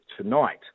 tonight